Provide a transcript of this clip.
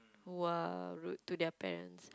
who are rude to their parents